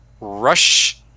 Rush